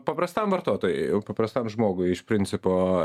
paprastam vartotojui paprastam žmogui iš principo